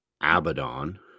Abaddon